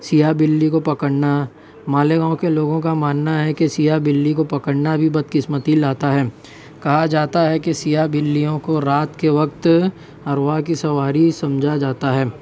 سیاہ بلی کو پکڑنا مالیگاؤں کے لوگوں کا ماننا ہے کہ سیاہ بلی کو پکڑنا بھی بدقسمتی لاتا ہے کہا جاتا ہے کہ سیاہ بلیوں کو رات کے وقت ارواح کی سواری سمجھا جاتا ہے